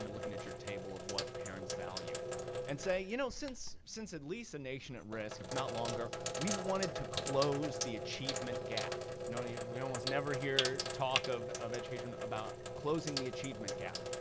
and looking at your table of what parents value and say, you know, since since at least a nation at risk, if not longer, we've wanted to close the achievement gap. you know, we almost never hear talk of of education about closing the achievement gap.